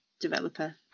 developer